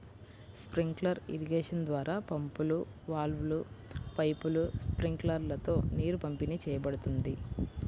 sprinkler irrigation ద్వారా పంపులు, వాల్వ్లు, పైపులు, స్ప్రింక్లర్లతో నీరు పంపిణీ చేయబడుతుంది